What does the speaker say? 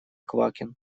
квакин